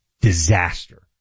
disaster